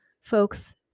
Folks